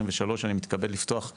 אני מתכבד לפתוח את